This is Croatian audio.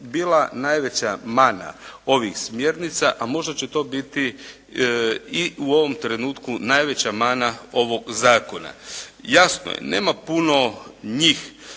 bila najveća mana ovih smjernica a možda će to biti i u ovom trenutku najveća mana ovoga zakona. Jasno je, nema puno njih,